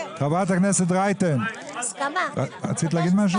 חברת הכנסת רייטן, רצית להגיד משהו?